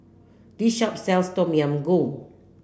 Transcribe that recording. this shop sells Tom Yam Goong